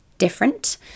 different